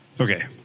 Okay